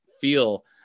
feel